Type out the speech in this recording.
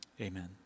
Amen